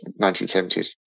1970s